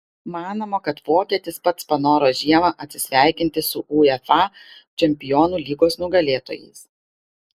manoma kad vokietis pats panoro žiemą atsisveikinti su uefa čempionų lygos nugalėtojais